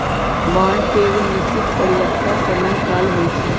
bond के एगो निश्चित परिपक्वता समय काल होइ छइ